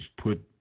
put